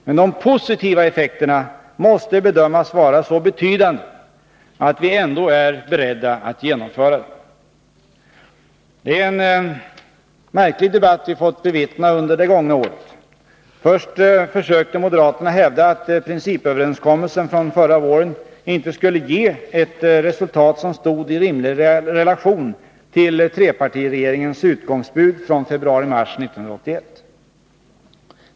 Men de positiva effekterna måste bedömas vara så betydande att vi ändå är beredda att genomföra den. Det är en märklig debatt vi fått bevittna under det gångna året. Först försökte moderaterna hävda att principöverenskommelsen från förra våren inte skulle ge ett resultat som stod i rimlig relation till trepartiregeringens utgångsbud från februari-mars 1981.